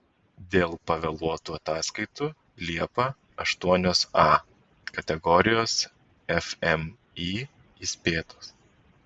dėl pavėluotų ataskaitų liepą aštuonios a kategorijos fmį įspėtos